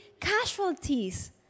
casualties